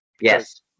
Yes